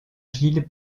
gilles